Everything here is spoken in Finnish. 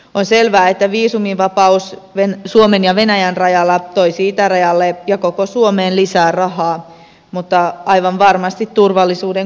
on selvää että viisumivapaus suomen ja venäjän rajalla toisi itärajalle ja koko suomeen lisää rahaa mutta aivan varmasti turvallisuuden kustannuksella